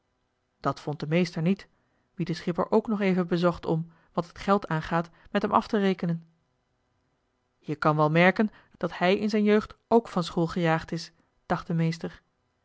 dat vond de meester niet wien de schipper ook nog even bezocht om wat het geld aangaat met hem af te rekenen je kan wel merken dat hij in z'n jeugd ook van school gejaagd is dacht de meester